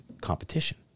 competition